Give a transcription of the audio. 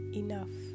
enough